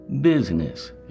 business